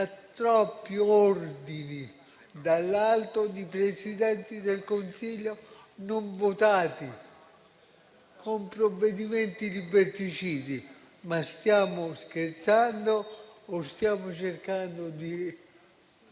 troppi ordini dall'alto di Presidenti del Consiglio non votati, con provvedimenti liberticidi? Stiamo scherzando o stiamo cercando di